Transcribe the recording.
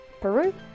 Peru